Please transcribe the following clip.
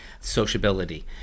sociability